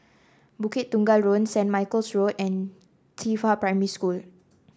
Bukit Tunggal Road Saint Michael's Road and Qifa Primary School